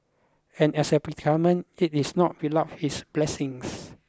and as a predicament it is not without its blessings